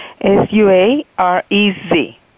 s-u-a-r-e-z